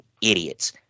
idiots